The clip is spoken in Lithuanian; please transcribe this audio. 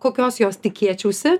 kokios jos tikėčiausi